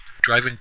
driving